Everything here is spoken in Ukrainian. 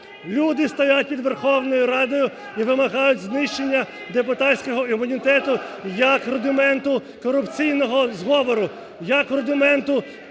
Люди стоять під Верховною Радою і вимагають знищення депутатського імунітету як рудименту корупційного зговору, як рудименту